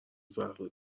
زهرا